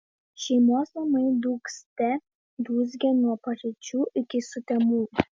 šeimos namai dūgzte dūzgė nuo paryčių iki sutemų